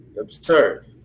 absurd